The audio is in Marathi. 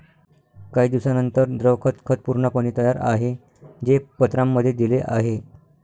काही दिवसांनंतर, द्रव खत खत पूर्णपणे तयार आहे, जे पत्रांमध्ये दिले आहे